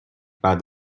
بعد